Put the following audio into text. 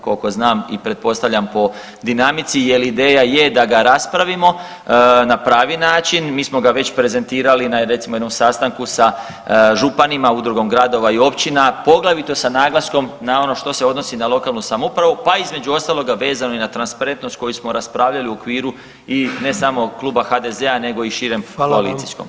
Koliko znam i pretpostavljam po dinamici, jer ideja je da ga raspravimo na pravi način, mi smo ga već prezentirali na recimo jednom sastanku sa županima, udrugom gradova i općina, poglavito sa naglaskom na ono što se odnosi na lokalnu samoupravu, pa između ostaloga vezano i na transparentnost koju smo raspravljali u okviru ne samo kluba HDZ-a nego i širem koalicijskom.